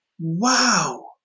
Wow